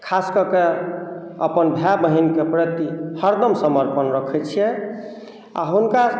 खास कऽ कऽ अपन भाय बहिनके प्रति हरदम समर्पण रखैत छियै आ हुनकर